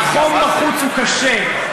החום בחוץ הוא קשה.